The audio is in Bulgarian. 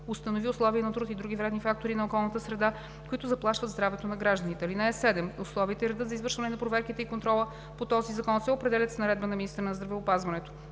установи условия на труд и други вредни фактори на околната среда, които заплашват здравето на гражданите. (7) Условията и редът за извършване на проверките и контрола по този закон се определят с наредба на министъра на здравеопазването.“